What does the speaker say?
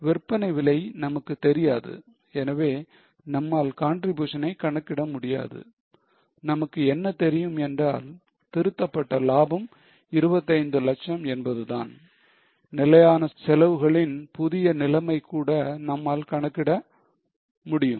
விற்பனை விலை நமக்கு தெரியாது எனவே நம்மால் contribution னை கணக்கிட முடியாது நமக்கு என்ன தெரியும் என்றால் திருத்தப்பட்ட லாபம் 25 லட்சம் என்பதுதான் நிலையான செலவுகளின் புதிய நிலையை கூட நம்மால் கணக்கிட முடியும்